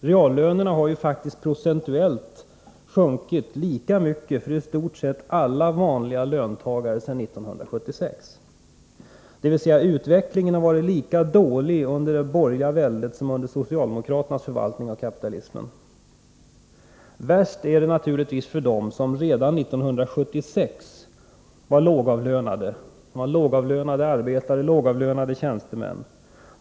Reallönerna har faktiskt procentuellt sjunkit lika mycket för i stort sett alla vanliga löntagare sedan 1976, dvs. utvecklingen har varit lika dålig under det borgerliga väldet som under socialdemokraternas förvaltning av kapitalismen. Värst är det naturligtvis för dem som redan 1976 var lågavlönade arbetare och tjänstemän.